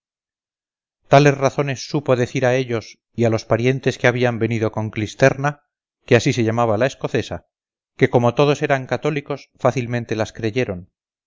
tales razones supo decir a ellos y a los parientes que habían venido con clisterna que así se llamaba la escocesa que como todos eran cathólicos fácilmente las creyeron